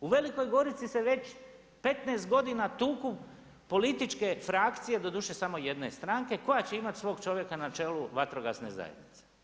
U Velikoj Gorici se već 15 godina tuku političke frakcije, doduše samo jedne stranke koja će imati svog čovjeka na čelu vatrogasne zajednice.